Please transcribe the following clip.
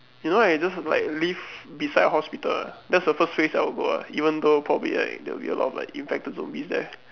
you know right I just like live beside a hospital that's the first place I will go ah even though probably like there will be a lot of like infected zombies there